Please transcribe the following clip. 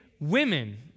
Women